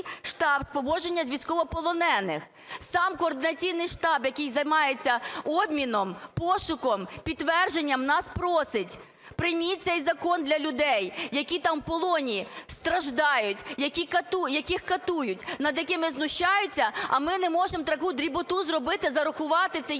штаб поводження з військовополоненими. Сам Координаційний штаб, який займається обміном, пошуком, підтвердженням, нас просить, прийміть цей закон для людей, які там в полоні страждають, яких катують, над якими знущаються, а ми не можемо таку дріботу зробити, зарахувати це